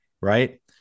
right